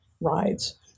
rides